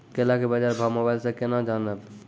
केला के बाजार भाव मोबाइल से के ना जान ब?